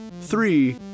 three